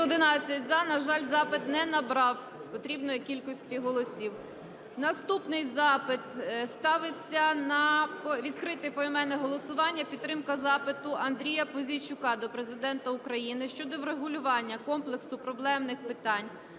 На жаль, запит не набрав потрібної кількості голосів. Наступний запит. Ставиться на відкрите поіменне голосування підтримка запиту Андрія Пузійчука до Президента України щодо врегулювання комплексу проблемних питань